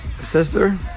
sister